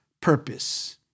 purpose